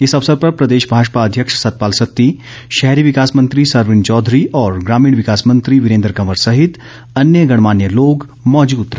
इस अवसर पर प्रदेश भाजपा अध्यक्ष सतपाल सत्ती शहरी विकास मंत्री सरवीण चौधरी और ग्रामीण विकास मंत्री वीरेन्द्र कंवर सहित अन्य गणमान्य लोग मौजूद रहे